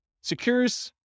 secures